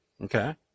Okay